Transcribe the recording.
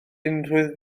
unrhyw